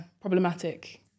Problematic